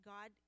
God